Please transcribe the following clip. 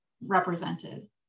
represented